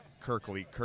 Kirkley